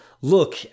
look